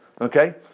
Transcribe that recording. okay